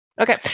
Okay